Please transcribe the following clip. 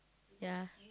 ya